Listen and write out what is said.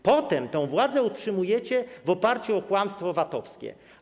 Potem tę władzę utrzymaliście w oparciu o kłamstwo VAT-owskie.